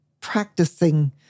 practicing